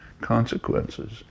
consequences